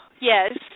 yes